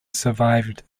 survived